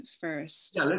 first